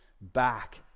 back